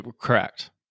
Correct